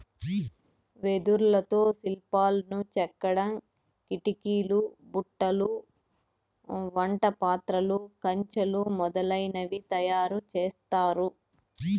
వెదురుతో శిల్పాలను చెక్కడం, కిటికీలు, బుట్టలు, వంట పాత్రలు, కంచెలు మొదలనవి తయారు చేత్తారు